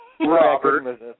Robert